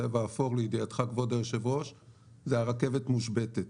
צבע אפור זה אומר שהרכבת מושבתת.